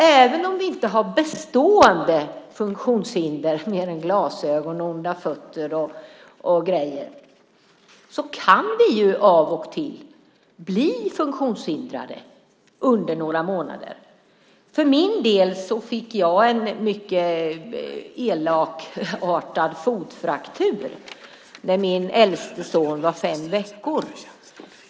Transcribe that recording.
Även om vi inte har bestående funktionshinder, mer än glasögon, onda fötter och grejer, kan vi av och till bli funktionshindrade under några månader. Jag fick för min del en mycket elakartad fotfraktur när min äldste son var fem veckor.